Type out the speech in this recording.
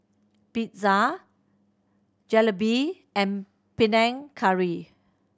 Pizza Jalebi and Panang Curry